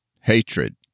hatred